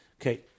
Okay